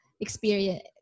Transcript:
Experience